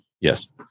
Yes